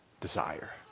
desire